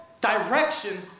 direction